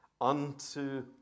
unto